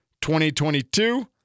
2022